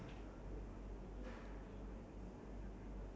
but Egypt there's like nothing much there there's like the pyramid only